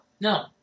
No